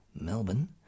melbourne